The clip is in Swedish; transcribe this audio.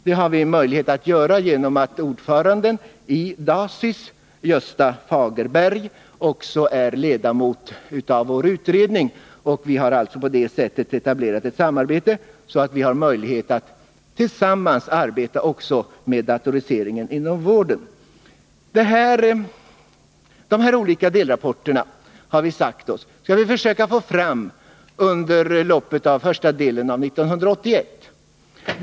Vi har möjlighet att göra detta eftersom ordföranden i den utredning som avser vårdområdet, Gösta Fagerberg, också är ledamot av dataeffektutredningen, och vi har alltså på det sättet etablerat ett samarbete som ger oss möjlighet att tillsammans arbeta också med datoriseringen inom vården. Vi har sagt oss att vi skall försöka få fram de här olika delrapporterna under loppet av första delen av 1981.